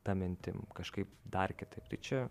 ta mintim kažkaip dar kitaip tai čia